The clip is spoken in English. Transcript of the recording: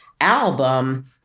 album